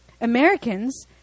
Americans